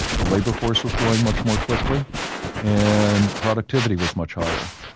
the labor force was growing much more quickly and productivity was much higher.